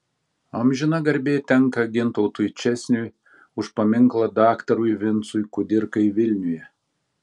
amžina garbė tenka gintautui česniui už paminklą daktarui vincui kudirkai vilniuje